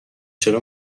چرا